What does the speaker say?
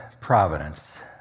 providence